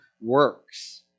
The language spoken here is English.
works